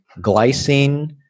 glycine